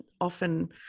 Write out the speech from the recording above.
often